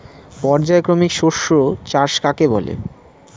পর্যায়ক্রমিক শস্য চাষ কাকে বলে?